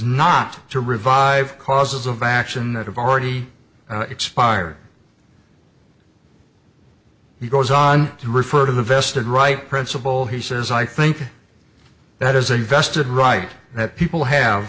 not to revive causes of action that have already expired he goes on to refer to the vested right principle he says i think that is a vested right that people have